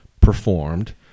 performed